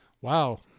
wow